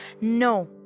No